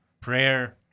Prayer